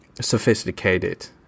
sophisticated